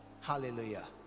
hallelujah